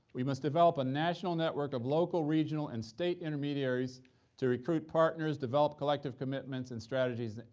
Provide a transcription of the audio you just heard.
we must develop a national network of local, regional, and state intermediaries to recruit partners, develop collective commitments and strategies,